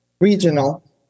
regional